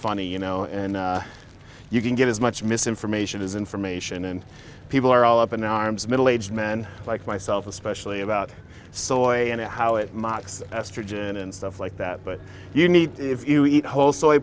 funny you know and you can get as much misinformation disinformation and people are all up in arms middle aged men like myself especially about soy and how it mocks estrogen and stuff like that but you need if you eat whole soy